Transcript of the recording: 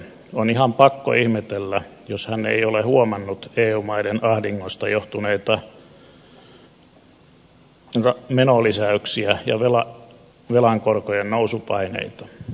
on ihan pakko ihmetellä jos hän ei ole huomannut eu maiden ahdingosta johtuneita menolisäyksiä ja velan korkojen nousupaineita